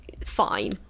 fine